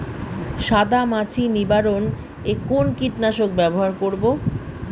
সাদা মাছি নিবারণ এ কোন কীটনাশক ব্যবহার করব?